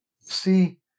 See